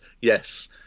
yes